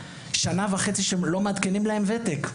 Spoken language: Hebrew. שנה וחצי שלא מעדכנים להם ותק.